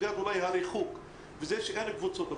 לסוגיית הריחוק, לזה שאין קבוצות.